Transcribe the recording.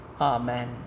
Amen